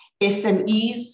SMEs